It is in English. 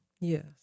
Yes